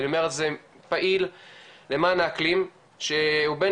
אני אומר את זה פעיל למען האקלים שהוא בן